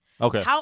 Okay